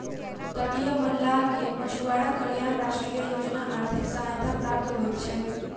तटीय मल्लाह के मछुआरा कल्याण राष्ट्रीय योजना आर्थिक सहायता प्राप्त होइत छै